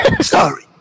Sorry